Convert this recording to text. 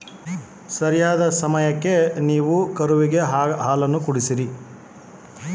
ನಾನು ಸಾಕೋ ಆಕಳಿಗೆ ಕೆಚ್ಚಲುಬಾವು ಬರದಂತೆ ನೊಡ್ಕೊಳೋದು ಹೇಗೆ?